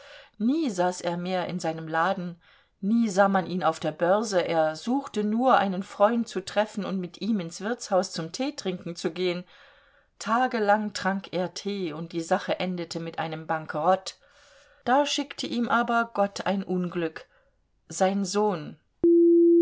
nie saß er mehr in seinem laden nie sah man ihn auf der börse er suchte nur einen freund zu treffen und mit ihm ins wirtshaus zum teetrinken zu gehen tagelang trank er tee und die sache endete mit einem bankerott da schickte ihm aber gott ein unglück sein sohn